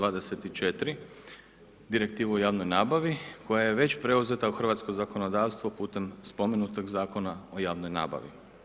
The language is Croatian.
24, Direktivu o javnoj nabavi koja je već preuzeta u hrvatsko zakonodavstvo putem spomenutog zakona o javnoj nabavi.